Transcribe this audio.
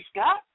Scott